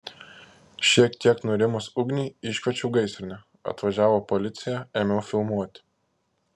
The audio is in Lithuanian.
šiek tiek nurimus ugniai iškviečiau gaisrinę atvažiavo policija ėmiau filmuoti